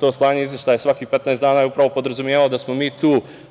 to slanje izveštaja na svakih 15 dana je upravo podrazumevalo da smo mi tu,